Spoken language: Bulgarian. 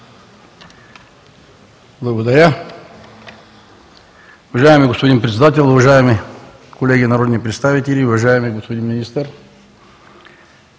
Благодаря.